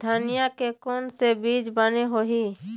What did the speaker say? धनिया के कोन से बीज बने होही?